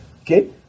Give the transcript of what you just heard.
Okay